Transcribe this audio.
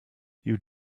you